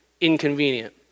inconvenient